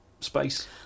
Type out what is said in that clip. space